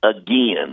Again